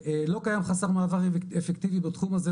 לא קיים חסך מעבר אפקטיבי בתחום הזה,